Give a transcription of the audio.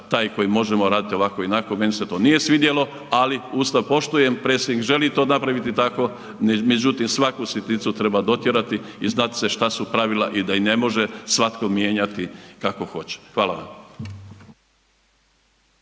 taj koji možemo raditi ovako i onako meni se to nije svidjelo, ali Ustav poštujem, predsjednik želi to napraviti tako, međutim svaku sitnicu treba dotjerati i znati šta su pravila i da ih ne može svatko mijenjati kako hoće. Hvala.